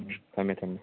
ꯊꯝꯃꯦ ꯊꯝꯃꯦ